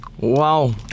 Wow